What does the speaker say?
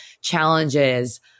challenges